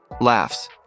Laughs